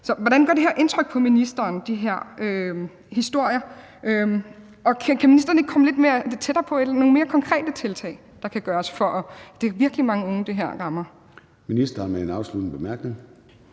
hvordan gør de her historier indtryk på ministeren? Og kan ministeren ikke komme lidt tættere på nogle mere konkrete tiltag, der kan gøres? For det er virkelig mange unge, det her rammer. Kl. 14:21 Formanden (Søren